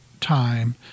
time